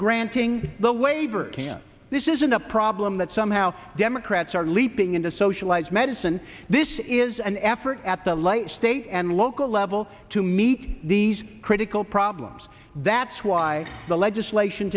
can't this isn't a problem that somehow democrats are leaping into socialized medicine this is an effort at the light state and local level to meet these critical problems that's why the legislation